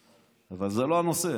אבל זה לא הנושא.